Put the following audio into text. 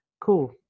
cool